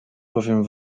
bowiem